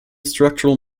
structural